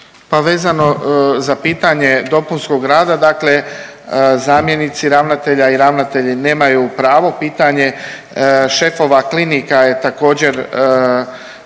Pa vezano za pitanje dopunskog rada, dakle zamjenici ravnatelja i ravnatelji nemaju pravo, pitanje šefova klinika je također